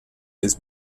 his